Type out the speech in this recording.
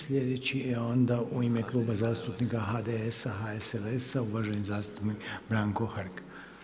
Sljedeći je onda u ime Kluba zastupnika HDS-HSLS uvaženi zastupnik Branko Hrg.